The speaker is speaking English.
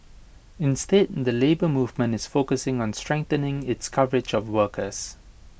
instead the Labour Movement is focusing on strengthening its coverage of workers